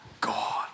God